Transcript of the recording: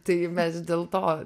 tai mes dėl to